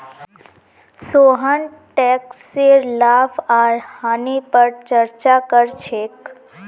सोहन टैकसेर लाभ आर हानि पर चर्चा कर छेक